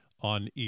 on